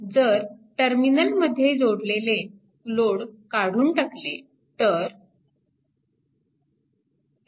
जर टर्मिनलमध्ये जोडलेले लोड काढून टाकले तर